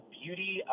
beauty